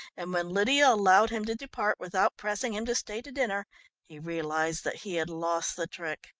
and when lydia allowed him to depart without pressing him to stay to dinner he realised that he had lost the trick.